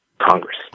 Congress